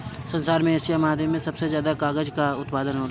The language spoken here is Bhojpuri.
संसार में एशिया महाद्वीप से सबसे ज्यादा कागल कअ उत्पादन होला